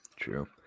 true